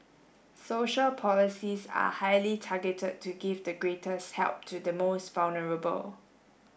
social policies are highly targeted to give the greatest help to the most vulnerable